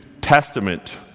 Testament